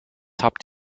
habt